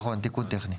נכון, תיקון טכני.